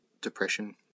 depression